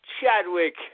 Chadwick